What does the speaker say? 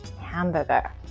hamburger